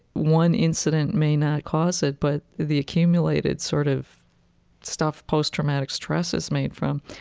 one incident may not cause it, but the accumulated sort of stuff post-traumatic stress is made from,